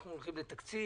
אנחנו הולכים לתקציב,